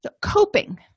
Coping